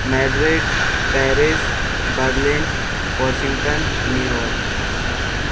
Madrid Paris Berlin Washington New York